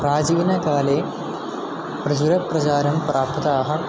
प्राचीनकाले प्रचुरप्रचारं प्राप्ताः